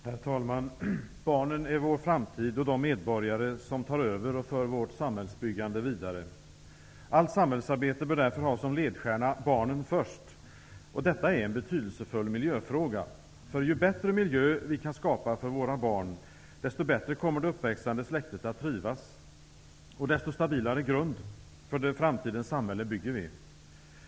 Herr talman! Barnen är vår framtid och de medborgare som tar över och för vårt samhällsbyggande vidare. Allt samhällsarbete bör därför ha som ledstjärna ''Barnen först'', och detta är en betydelsefull miljöfråga. Ju bättre miljö vi kan skapa för våra barn, desto bättre kommer det uppväxande släktet att trivas och desto stabilare grund för framtidens samhälle bygger vi.